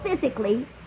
physically